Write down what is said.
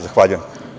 Zahvaljujem.